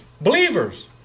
Believers